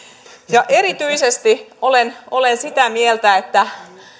erityisesti olen olen sitä mieltä että